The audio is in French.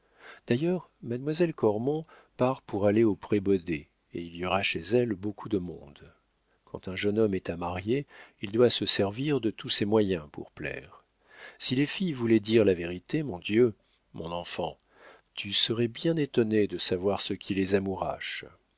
d'ailleurs mademoiselle cormon part pour aller au prébaudet et il y aura chez elle beaucoup de monde quand un jeune homme est à marier il doit se servir de tous ses moyens pour plaire si les filles voulaient dire la vérité mon dieu mon enfant tu serais bien étonné de savoir ce qui les